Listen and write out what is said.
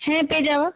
হ্যাঁ পেয়ে যাবে